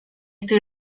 estoy